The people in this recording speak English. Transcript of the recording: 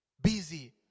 Busy